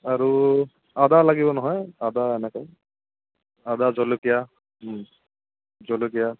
আৰু আদা লাগিব নহয় আদা এনেকৈ আদা জলকীয়া জলকীয়া